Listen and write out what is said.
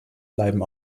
bleiben